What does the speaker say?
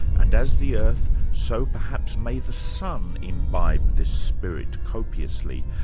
and as the earth, so perhaps may the sun imbibe this spirit copiously,